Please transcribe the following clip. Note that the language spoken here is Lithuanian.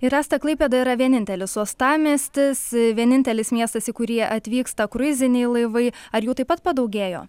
ir asta klaipėda yra vienintelis uostamiestis vienintelis miestas į kurį atvyksta kruiziniai laivai ar jų taip pat padaugėjo